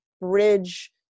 bridge